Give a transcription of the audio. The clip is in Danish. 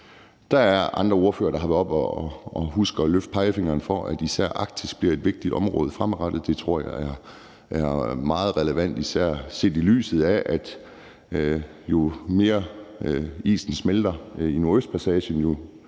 Der er andre ordførere, der har været heroppe og har husket at løfte pegefingeren, i forhold til at især Arktis bliver et vigtigt område fremadrettet. Det tror jeg er meget relevant, især set i lyset af at jo mere isen smelter i Nordøstpassagen, jo større